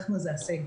אנחנו זה הסגל.